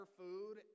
food